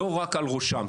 לא רק על ראשם.